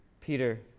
Peter